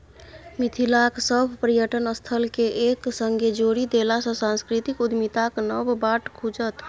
मिथिलाक सभ पर्यटन स्थलकेँ एक संगे जोड़ि देलासँ सांस्कृतिक उद्यमिताक नब बाट खुजत